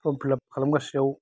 form फिलाप खालामगासेआव